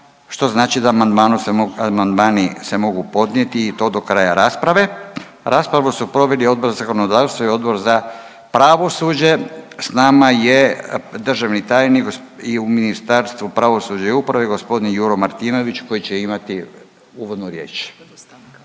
što znači da amandmani se mogu podnijeti i to do kraja rasprave. Raspravu su proveli Odbor za zakonodavstvo i Odbor za pravosuđe. S nama je državni tajnik u Ministarstvu pravosuđa i uprave g. Juro Martinović koji će imati uvodnu riječ,